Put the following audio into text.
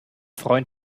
freund